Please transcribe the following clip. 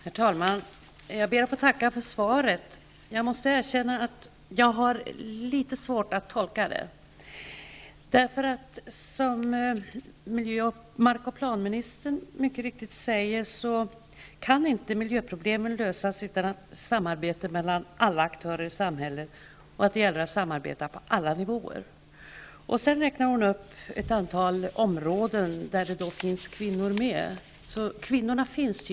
Herr talman! Jag ber att få tacka för svaret. Jag måste erkänna att jag har litet svårt att tolka svaret. Som mark och planministern mycket riktigt säger kan inte miljöproblemen lösas utan ett samarbete mellan alla aktörer i samhället och på alla nivåer. Sedan räknar statsrådet upp ett antal områden där kvinnor medverkar.